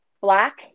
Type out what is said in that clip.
black